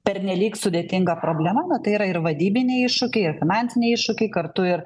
pernelyg sudėtinga problema na tai yra ir vadybiniai iššūkiai ir finansiniai iššūkiai kartu ir